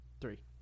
three